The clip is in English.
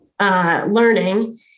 learning